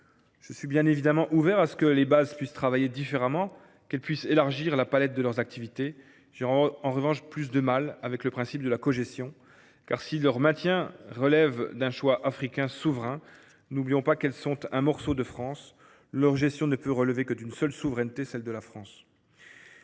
Je suis bien évidemment ouvert à la définition de nouvelles modalités de travail de ces bases et à l’élargissement de la palette de leurs activités. J’ai en revanche plus de mal avec le principe de leur cogestion, car si leur maintien relève d’un choix africain souverain, n’oublions pas qu’elles sont un morceau de France. Leur gestion ne peut relever que d’une seule souveraineté : celle de la France.